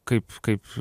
kaip kaip